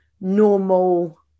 normal